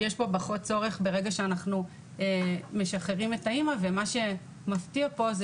יש פה פחות צורך ברגע שאנחנו משחררים את האמא ומה שמפתיע פה זה